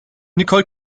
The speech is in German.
nicole